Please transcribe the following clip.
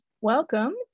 welcome